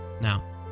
Now